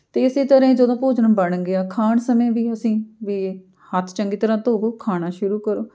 ਅਤੇ ਇਸੇ ਤਰ੍ਹਾਂ ਹੀ ਜਦੋਂ ਭੋਜਨ ਬਣ ਗਿਆ ਖਾਣ ਸਮੇਂ ਵੀ ਅਸੀਂ ਵੀ ਹੱਥ ਚੰਗੀ ਤਰ੍ਹਾਂ ਧੋਵੋ ਖਾਣਾ ਸ਼ੁਰੂ ਕਰੋ